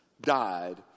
died